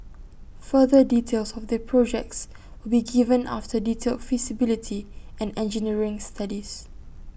further details of the projects will be given after detailed feasibility and engineering studies